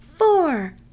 four